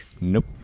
Nope